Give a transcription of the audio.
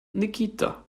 nikita